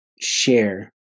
share